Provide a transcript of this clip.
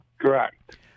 Correct